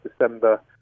December